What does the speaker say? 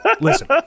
Listen